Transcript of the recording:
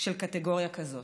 של קטגוריה כזאת".